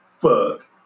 fuck